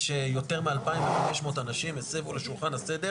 יש יותר מ-2500 אנשים הסבו לשולחן הסדר